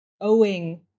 owing